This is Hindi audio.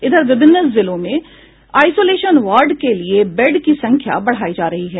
इधर विभिन्न जिलों में आइसोलेशन वार्ड के लिये बेड की संख्या बढ़ायी जा रही है